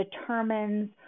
determines